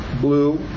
blue